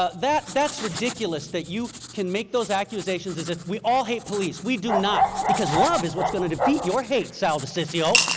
ah that's ridiculous that you can make those accusations as if we all hate police. we do not, because love is what's going to defeat your hate, sal diciccio.